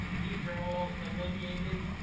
these are all delineated